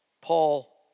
Paul